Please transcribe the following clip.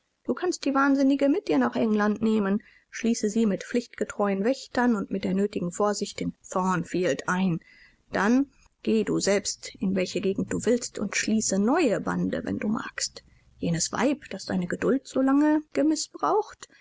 du kannst die wahnsinnige mit dir nach england nehmen schließe sie mit pflichtgetreuen wächtern und mit der nötigen vorsicht in thornfield ein dann geh du selbst in welche gegend du willst und schließe neue bande wenn du magst jenes weib das deine geduld so lange gemißbraucht